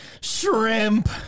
shrimp